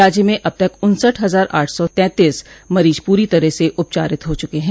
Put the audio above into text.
राज्य में अब तक उन्सठ हजार आठ सौ तैंतीस मरीज पूरी तरह से उपचारित हो चुके हैं